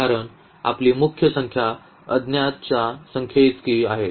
कारण आपली मुख्य संख्या अज्ञात च्या संख्येइतकी आहे